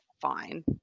fine